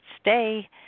stay